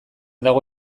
dago